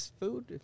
food